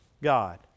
God